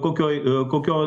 kokioj kokio